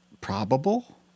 Probable